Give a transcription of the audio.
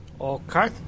Okay